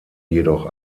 jedoch